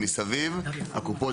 הקופות,